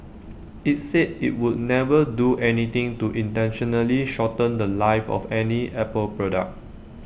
IT said IT would never do anything to intentionally shorten The Life of any Apple product